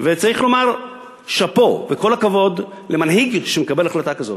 צריך לומר "שאפו" ו"כל הכבוד" למנהיג שמקבל החלטה כזאת.